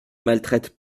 maltraite